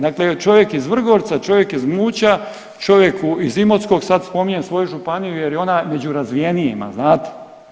Dakle, čovjek iz Vrgorca, čovjek iz Muća, čovjek iz Imotskog sad spominje svoju županiju jer je ona među razvijenijima znate.